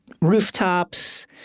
rooftops